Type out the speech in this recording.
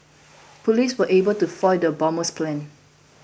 police were able to foil the bomber's plans